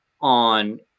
on